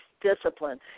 discipline